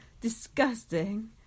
Disgusting